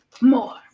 More